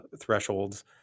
thresholds